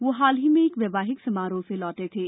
वह हाल ही में एक वैवाहिक समारोह से लौटे थे